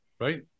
Right